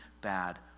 bad